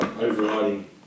overriding